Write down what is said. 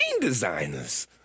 designers